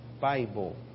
Bible